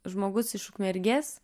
žmogus iš ukmergės